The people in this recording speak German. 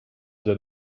der